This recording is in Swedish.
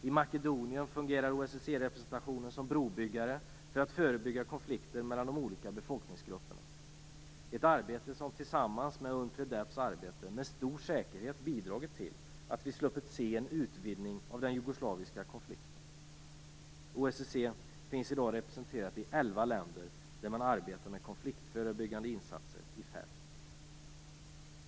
I Makedonien fungerar OSSE-representationen som brobyggare för att förebygga konflikter mellan de olika befolkningsgrupperna, ett arbete som tillsammans med Unpredeps arbete med stor säkerhet bidragit till att vi sluppit se en utvidgning av den jugoslaviska konflikten. OSSE finns i dag representerat i elva länder där man arbetar med konfliktförebyggande insatser i fält.